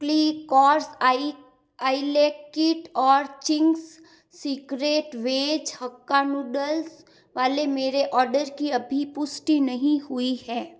click course आई आई लेक किट और Ching's Secret veg hakka noodles वाले मेरे ऑर्डर की अभी पुष्टि नहीं हुई है